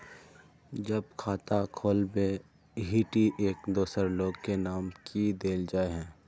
जब खाता खोलबे ही टी एक दोसर लोग के नाम की देल जाए है?